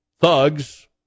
thugs